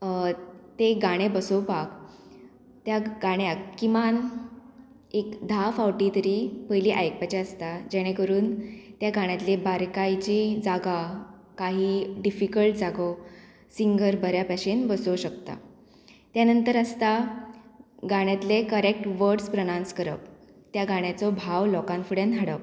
ते गाणें बसोवपाक त्या गाण्याक किमान एक धा फावटी तरी पयलीं आयकपाचें आसता जेणे करून त्या गाण्यांतले बारकायेची जागा काही डिफिकल्ट जागो सिंगर बऱ्या भशेन बसोवं शकता त्या नंतर आसता गाण्यांतले करॅक्ट वड्स प्रोनावंस करप त्या गाण्याचो भाव लोकां फुड्यान हाडप